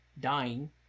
dying